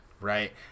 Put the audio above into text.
right